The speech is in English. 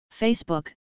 Facebook